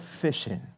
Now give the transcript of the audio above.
fishing